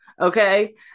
Okay